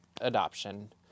adoption